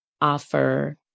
offer